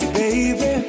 baby